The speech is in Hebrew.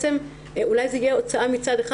אולי זו תהיה הוצאה מצד אחד,